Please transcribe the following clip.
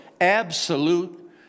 absolute